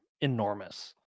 enormous